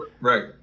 Right